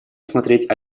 смотреть